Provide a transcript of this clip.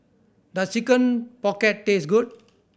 does Chicken Pocket taste good